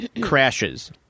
crashes